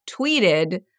tweeted